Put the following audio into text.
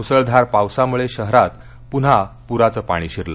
मुसळधार पावसामुळे शहरात पुन्हा पुराचं पाणी शिरलं